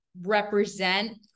represent